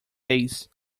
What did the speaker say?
base